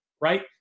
right